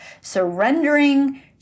surrendering